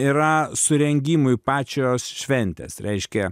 yra surengimui pačios šventės reiškia